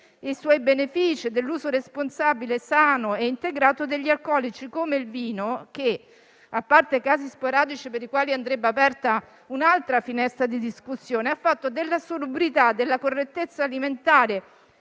suoi benefici e dell'uso responsabile, sano e integrato degli alcolici come il vino che, a parte casi sporadici per i quali andrebbe aperta un'altra finestra di discussione, ha fatto della salubrità, della correttezza alimentare